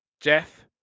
Jeff